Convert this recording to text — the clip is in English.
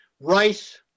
rice